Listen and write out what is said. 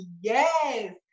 yes